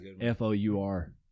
F-O-U-R